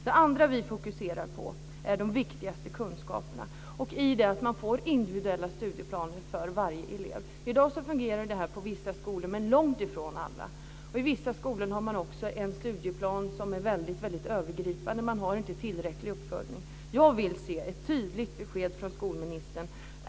Det andra vi fokuserar på är de viktigaste kunskaperna och på att man får individuella studieplaner för varje elev. I dag fungerar det på vissa skolor, men långt ifrån på alla. I vissa skolor har man också en studieplan som är övergripande. Man har inte tillräcklig uppföljning. Jag vill se ett tydligt besked från skolministern.